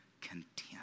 content